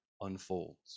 unfolds